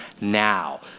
now